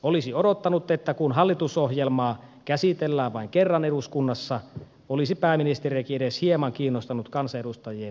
olisin odottanut että kun hallitusohjelmaa käsitellään vain kerran eduskunnassa olisi pääministeriäkin edes hieman kiinnostanut kansanedustajien näkemykset